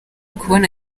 kubona